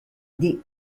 des